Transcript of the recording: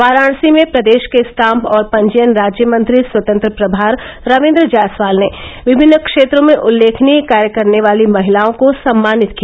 वाराणसी में प्रदेश के स्टाम्प और पंजीयन राज्य मंत्री स्वतंत्र प्रभार रविन्द्र जायसवाल ने विभिन्न क्षेत्रों में उल्लेखनीय कार्य करने वाली महिलाओं को सम्मानित किया